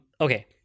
okay